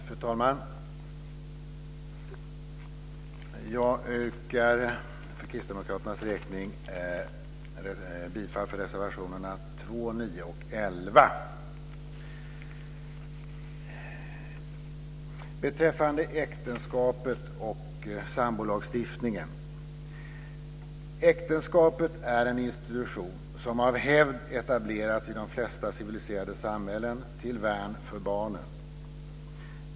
Fru talman! Jag yrkar för kristdemokraternas räkning bifall till reservationerna 2, 9 och 11. Äktenskapet är en institution som av hävd etablerats i de flesta civiliserade samhällen till värn för barnen.